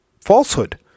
Falsehood